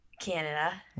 Canada